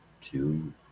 two